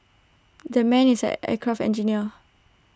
that man is an aircraft engineer